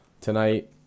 tonight